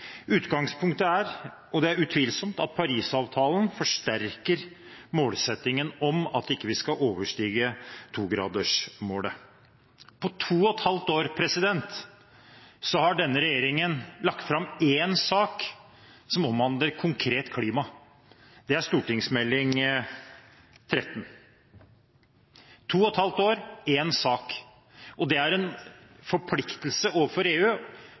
Utgangspunktet er at Paris-avtalen utvilsomt forsterker målsettingen om at vi ikke skal overstige togradersmålet. På to og et halvt år har denne regjeringen lagt fram én sak som konkret omhandler klima. Det er Meld. St. 13 for 2014–2015 – to og et halvt år, én sak – som er en forpliktelse overfor EU